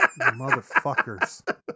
motherfuckers